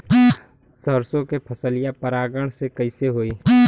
सरसो के फसलिया परागण से कईसे होई?